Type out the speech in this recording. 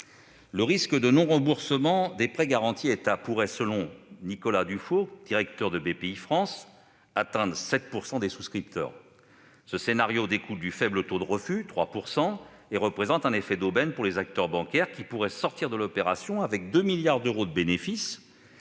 Le risque de non-remboursement des prêts garantis par l'État pourrait atteindre, selon Nicolas Dufourcq, directeur de Bpifrance, 7 % des souscripteurs. Ce scénario découle du faible taux de refus- 3 % -et représente un effet d'aubaine pour les acteurs bancaires, qui pourraient sortir de l'opération avec 2 milliards d'euros de bénéfice,